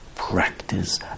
practice